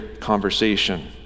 conversation